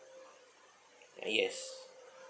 yes